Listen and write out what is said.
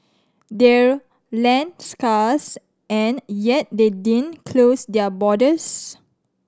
they're land scarce and yet they didn't close their borders